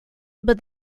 but